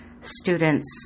students